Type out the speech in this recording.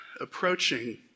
approaching